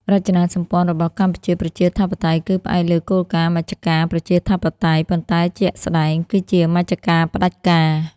រចនាសម្ព័ន្ធរបស់កម្ពុជាប្រជាធិបតេយ្យគឺផ្អែកលើគោលការណ៍ «មជ្ឈការប្រជាធិបតេយ្យ» ប៉ុន្តែជាក់ស្ដែងគឺជាមជ្ឈការផ្ដាច់ការ។